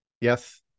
Yes